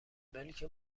ملک